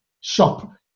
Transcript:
shop